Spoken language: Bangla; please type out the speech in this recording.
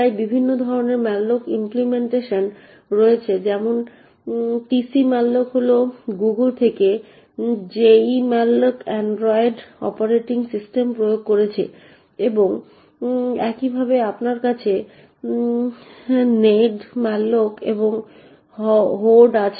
তাই বিভিন্ন ধরনের ম্যালোক ইমপ্লিমেন্টেশন রয়েছে যেমন tcmalloc হল Google থেকে jemalloc android অপারেটিং সিস্টেমে প্রয়োগ করছে এবং একইভাবে আপনার কাছে nedmalloc এবং Hoard আছে